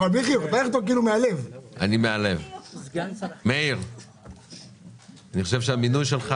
אני חושב שהמינוי שלך